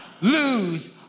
lose